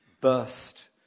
burst